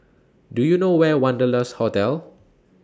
Do YOU know Where Wanderlust Hotel